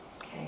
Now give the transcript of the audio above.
Okay